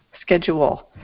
schedule